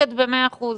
צודקת במאה אחוז,